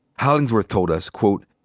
hollingsworth told us, quote,